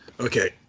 Okay